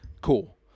cool